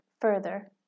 further